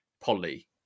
Polly